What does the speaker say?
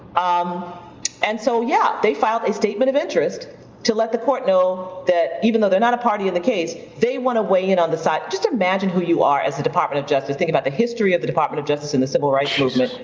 um and so, yeah, they filed a statement of interest to let the court know that even though they're not a party in the case, they want to weigh in on the side. just imagine who you are as the department of justice, think about the history of the department of justice in the civil rights movement,